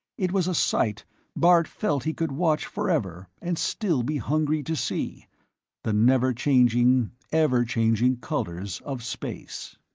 it was a sight bart felt he could watch forever and still be hungry to see the never-changing, ever-changing colors of space.